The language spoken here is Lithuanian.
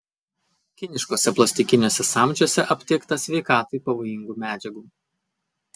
kiniškuose plastikiniuose samčiuose aptikta sveikatai pavojingų medžiagų